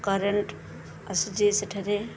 current ଆସୁଛି ସେଠାରେ